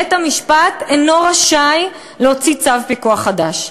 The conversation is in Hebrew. בית-המשפט אינו רשאי להוציא צו פיקוח חדש.